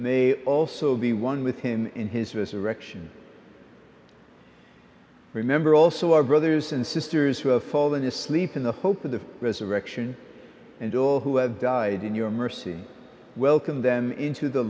they also be one with him in his resurrection remember also our brothers and sisters who have fallen asleep in the hope of the resurrection and all who have died in your mercy welcome them into the